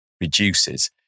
reduces